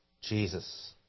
Jesus